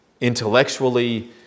intellectually